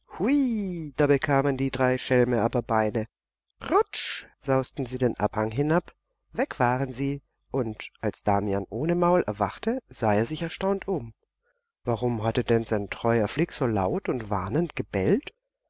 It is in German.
da bekamen die drei schelme aber beine rutsch sausten sie den abhang hinab weg waren sie und als damian ohne maul erwachte sah er sich erstaunt um warum hatte denn sein treuer flick so laut und warnend gebellt